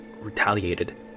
retaliated